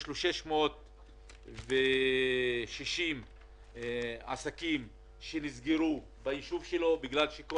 יש לו 660 עסקים שנסגרו בישוב שלו בגלל שכל